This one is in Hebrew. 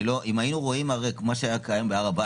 אם היינו רואים הרי מה שהיה קיים בהר הבית,